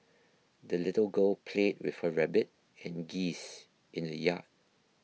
the little girl played with her rabbit and geese in the yard